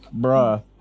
Bruh